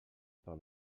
par